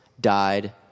died